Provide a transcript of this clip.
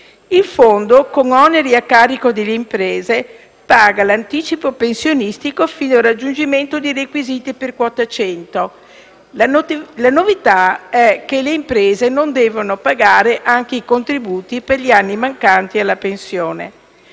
Il fondo, con oneri a carico delle imprese, paga l'anticipo pensionistico fino al raggiungimento dei requisiti per quota 100. La novità è che le imprese non devono pagare anche i contributi per gli anni mancanti alla pensione.